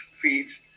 feeds